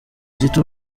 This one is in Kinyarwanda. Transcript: gito